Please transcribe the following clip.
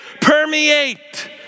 permeate